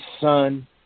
Son